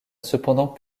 cependant